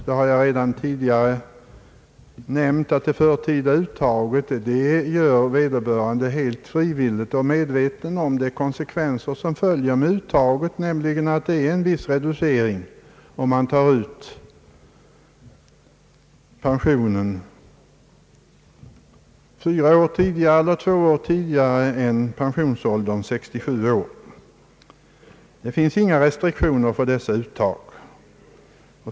Jag har redan tidigare sagt att förtida uttag gör vederbörande helt frivilligt och är då medveten om de konsekvenser som följer därmed, nämligen att det blir en viss reducering om man tar ut pensionen fyra år eller två år tidigare än vid pensionsåldern 67 år. Det finns inga restriktioner för dessa uttag.